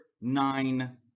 nine